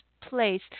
place